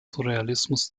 surrealismus